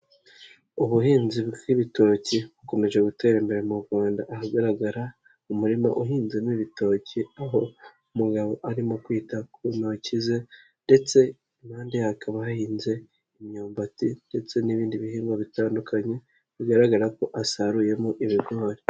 Ubuhinzi bw'ibitoki bukomeje gutera imbere mu Rwanda, ahagaragara umurima uhinzemo ibitoki, aho umugabo arimo kwita ku ntoki ze ndetse impande hakaba hahinze imyumbati ndetse n'ibindi bihingwa bitandukanye, bigaragara ko asaruyemo ibigori.